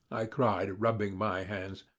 i cried, rubbing my hands.